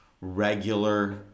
regular